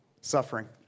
suffering